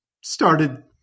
started